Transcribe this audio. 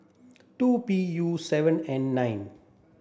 two P U seven N nine